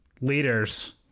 leaders